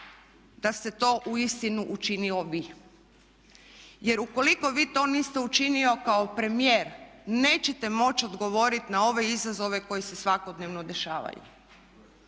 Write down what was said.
da ste to uistinu učinili vi. Jer ukoliko vi to niste učinili kao premijer nećete moći odgovoriti na ove izazove koji se svakodnevno dešavaju.